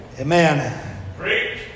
Amen